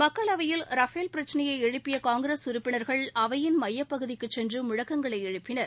மக்களவையில் ரஃபேல் பிரச்சினையை எழுப்பிய காங்கிரஸ் உறுப்பினர்கள் அவையின் மையப்பகுதிக்குச் சென்று முழக்கங்களை எழுப்பினர்